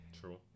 True